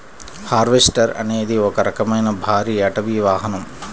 harvester అనేది ఒక రకమైన భారీ అటవీ వాహనం